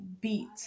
beat